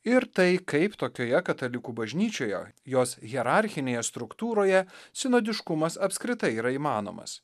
ir tai kaip tokioje katalikų bažnyčioje jos hierarchinėje struktūroje sinodiškumas apskritai yra įmanomas